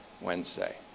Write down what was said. Wednesday